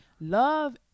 Love